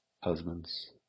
husbands